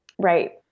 Right